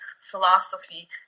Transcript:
philosophy